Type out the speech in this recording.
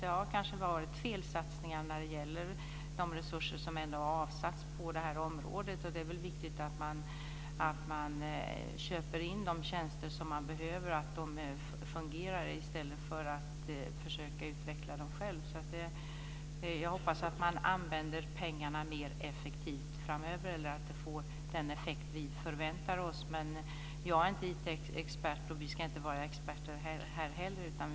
Det kanske har gjorts felsatsningar när det gäller de resurser som har avsatts på området. Det är viktigt att man köper in de tjänster som man behöver och att de fungerar i stället för att försöka utveckla dem själv. Jag hoppas att man använder pengarna mer effektivt framöver eller att de får den effekt som vi förväntar oss. Men jag är inte IT-expert, och det ska vi inte heller vara här.